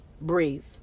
breathe